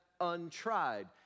untried